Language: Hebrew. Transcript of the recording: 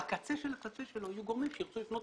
בקצה של הקצה שלו יהיו גורמים שירצו לפנות